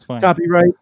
Copyright